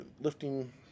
lifting